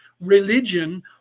religion